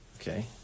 Okay